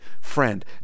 friend